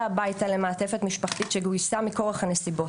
הביתה למעטפת משפחתית שגויסה מכורח הנסיבות,